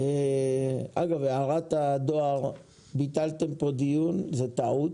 אגב הערת הדואר, ביטלתם פה דיון זו טעות.